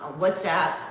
WhatsApp